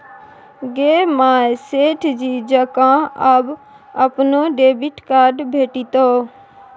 गे माय सेठ जी जकां आब अपनो डेबिट कार्ड भेटितौ